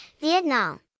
Vietnam